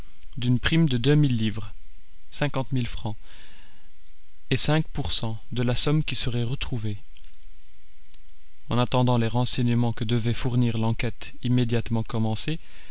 d'une prime de deux mille livres et cinq pour cent de la somme qui serait retrouvée en attendant les renseignements que devait fournir l'enquête immédiatement commencée